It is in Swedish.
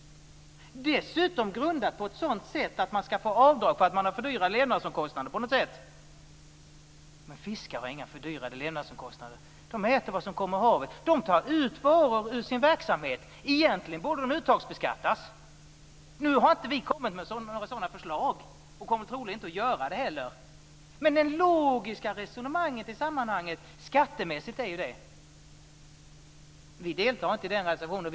Dessutom är det grundat på ett sådant sätt att man skall få avdrag för att man har för dyra levnadsomkostnader. Men fiskare har inga fördyrade levnadsomkostnader. De äter vad som kommer ur havet. De tar ut varor ur sin verksamhet. Egentligen borde de uttagsbeskattas. Nu har vi inte kommit med några sådana förslag och kommer troligen inte att göra det heller. Men det skattemässigt logiska resonemanget i sammanhanget är ju det. Vi deltar inte i den reservationen.